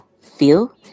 feel